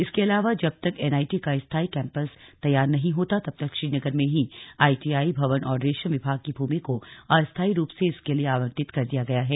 इसके अलावा जब तक एनआईटी का स्थाई कैंपस तैयार नहीं होता तब तक श्रीनगर में ही आईटीआई भवन और रेशम विभाग की भूमि को अस्थाई रूप से इसके लिए आवंटित कर दिया गया है